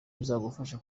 bizamufasha